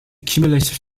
cumulative